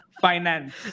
finance